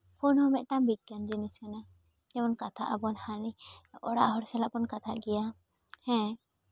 phone ᱦᱚᱸ ᱢᱤᱫᱴᱟᱝ ᱵᱤᱜᱽᱜᱮᱭᱟᱱ ᱡᱤᱱᱤᱥ ᱠᱟᱱᱟ ᱡᱮᱢᱚᱱ ᱠᱟᱛᱷᱟᱜ ᱟᱵᱚ ᱦᱟᱱᱤ ᱚᱲᱟᱜ ᱦᱚᱲ ᱥᱟᱞᱟᱜ ᱵᱚᱱ ᱠᱟᱛᱷᱟᱜ ᱜᱮᱭᱟ ᱦᱮᱸ